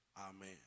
amen